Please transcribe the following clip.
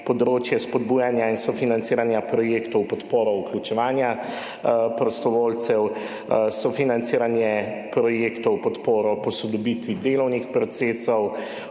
področje spodbujanja in sofinanciranja projektov v podporo vključevanja prostovoljcev, sofinanciranje projektov, podporo posodobitvi delovnih procesov,